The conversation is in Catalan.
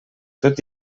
tot